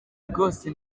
rwose